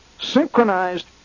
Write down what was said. synchronized